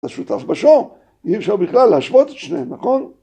‫לשותף בשור, אי אפשר בכלל ‫להשוות את שניהם, נכון?